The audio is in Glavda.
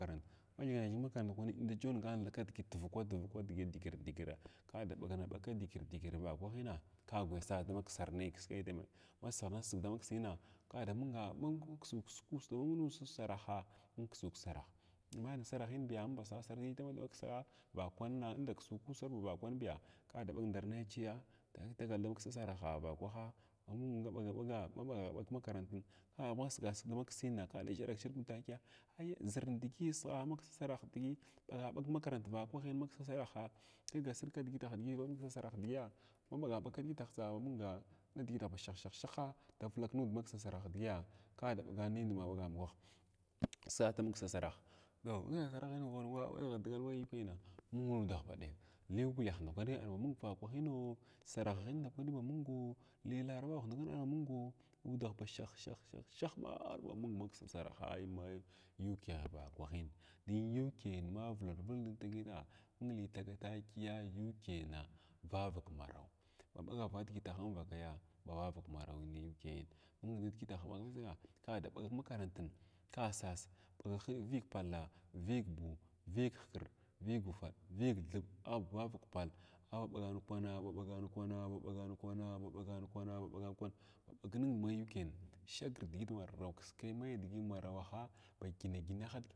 Ma thingana thyəng kmakarant ndakwani inda jongan thab kidigit tuvukwa tuvakwa digrrdigir ka da ɓagana ɓag kidigirdigira vakwahina ka da gwuya sas damaks ar nai kskay ma sanagh sig da maksina kada munga, mung ksu ksig kussa mung nussa saruha an ksu ksaraha ma mai nsarahin biya nga lba basanaya dagal damksa inda kusu kusar bavakwan biya kaa ɓag ndar nai chiya dagal damaksa sarah vakwaha in ma ɓagana ɓag ma ɓaga ɓag kmakaranta aba gigasig damaksina kada ʒharak ʒharg nud takiya ai ʒirmdigi shgha maksa sarah digi ɓaga ɓag kmakaranta vakwah maksa sanha sirga sirg kidigitah maksa sarhha digiya ma ɓaga ɓag digituhtsa ba manga nidigituh ba shahshahshaha davulak nud maksa sarah digiya kada ɓagan nin ma ɓagan waha sa da maksa sarah na ghiragha wai na dga wayigina mung nudah ba ɗek limiyagah ndakwani arba mung vakwanhina, asarahahindakwani mungo, li larabah ndakwani arba mungo udah ba shah shah shahma arba mungo maksa saraha ma ma ʊk vakwahin dun UK yin ma ma vulakak vulg nud kidigina mung hi taga takiya UK na vavak marawa ma bagava ɓag nudugut manvakaya ba vavak maraw UK na mung nidigi aɓag ningk kada ɓag makarantin kasas ɓaga viig palla, viig buw, viig ɦkrɗa, viig unfad viig thib aba vavak pal aba ɓagan kwana ba ɓagan kwana ba ɓagan kwana ba ɓagan kwana ba ɓagan kwana ɓagning ma UK shagir nidigi ba maraw kiskai mai nidigi marawha ba gine gine yahin.